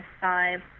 five